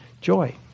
joy